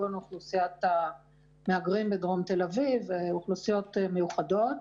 כגון אוכלוסיית המהגרים בדרום תל אביב ואוכלוסיות מיוחדות.